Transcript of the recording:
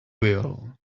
will